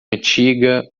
antiga